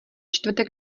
čtvrtek